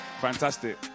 Fantastic